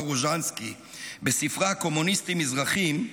גוז'נסקי בספרה "קומוניסטים מזרחים",